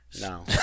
No